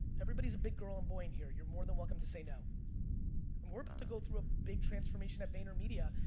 everybody's a big ah and boy in here. you're more than welcome to say no. and we're about to go through a big transformation at vayner media.